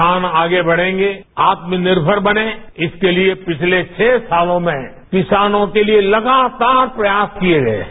किसान आगे बढ़ंगे आत्मनिर्मर बनें इसके लिए पिछले छरू सालों में किसानों के लिए लगातार प्रयास किएगए हैं